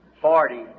Forty